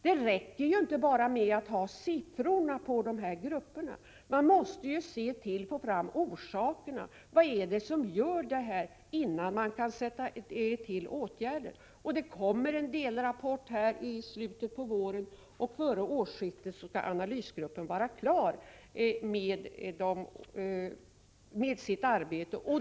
Det räcker inte bara med att ha siffror. Man måste också få fram orsakerna till det stora antalet bidragstagare innan man kan sätta in åtgärder. Det kommer en delrapport mot slutet av våren, och före årsskiftet skall analysgruppen vara klar med sitt arbete.